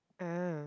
ah